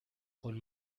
con